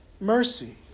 mercy